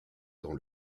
dans